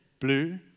blue